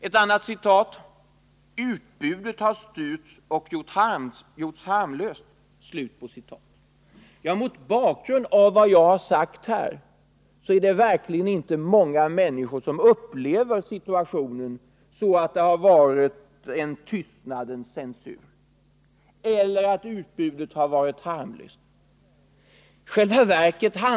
Ett annat citat: ”Utbudet har styrts och gjorts harmlöst.” Mot bakgrund av vad jag har sagt här vill jag påstå att det verkligen inte är många människor som upplever situationen så att det införts en tystnadens censur eller att utbudet varit harmlöst.